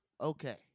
Okay